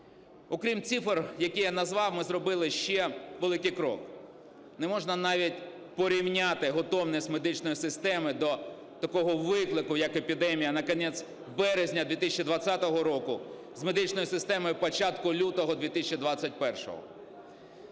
Окрім цифр, які я назвав, ми зробили ще великий крок. Не можна навіть порівняти готовність медичної системи до такого виклику як епідемія на кінець березня 2020 року з медичною системою початку лютого 2021-го.